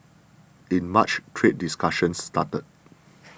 in March trade discussions start